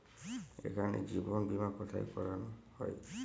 এখানে জীবন বীমা কোথায় করানো হয়?